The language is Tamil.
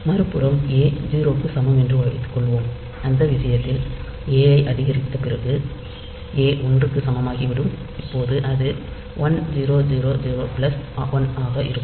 மறுபுறம் a 0 க்கு சமம் என்று வைத்துக்கொள்வோம் அந்த விஷயத்தில் a ஐ அதிகரித்த பிறகு a 1 க்கு சமமாகிவிடும் இப்போது அது 1000 பிளஸ் 1 ஆக இருக்கும்